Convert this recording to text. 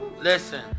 Listen